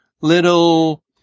little